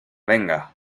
venga